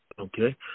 Okay